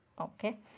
Okay